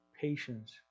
Patience